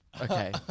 okay